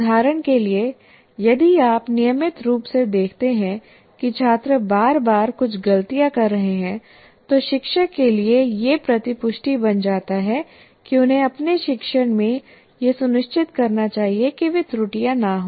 उदाहरण के लिए यदि आप नियमित रूप से देखते हैं कि छात्र बार बार कुछ गलतियाँ कर रहे हैं तो शिक्षक के लिए यह प्रतिपुष्टि बन जाता है कि उन्हें अपने शिक्षण में यह सुनिश्चित करना चाहिए कि वे त्रुटियाँ न हों